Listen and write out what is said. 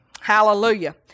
hallelujah